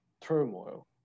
turmoil